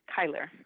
Kyler